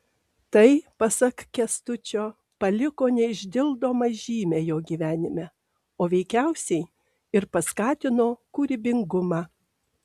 tai pasak kęstučio paliko neišdildomą žymę jo gyvenime o veikiausiai ir paskatino kūrybingumą